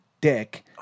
dick